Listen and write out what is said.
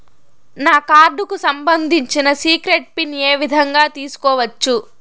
నా కార్డుకు సంబంధించిన సీక్రెట్ పిన్ ఏ విధంగా తీసుకోవచ్చు?